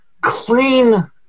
clean